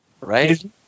Right